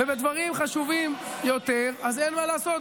וכשדברים חשובים יותר אז אין מה לעשות,